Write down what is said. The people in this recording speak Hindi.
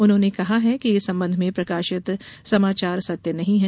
उन्होंने कहा है कि इस संबंध में प्रकाशित समाचार सत्य नहीं है